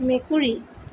মেকুৰী